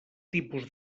tipus